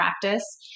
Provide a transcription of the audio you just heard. practice